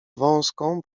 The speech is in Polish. wąską